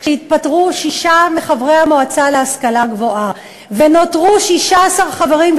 שהתפטרו שישה מחברי המועצה להשכלה גבוהה ונותרו 16 חברים,